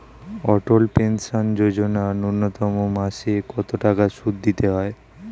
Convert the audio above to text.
অটল pension Yojana ন্যূনতম মাসে কত টাকা সুধ দিতে হয়?